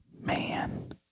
man